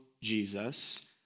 Jesus